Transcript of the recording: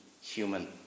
human